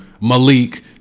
malik